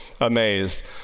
amazed